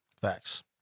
Facts